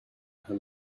her